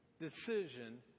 decision